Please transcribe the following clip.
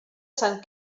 sant